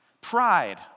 Pride